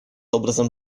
образом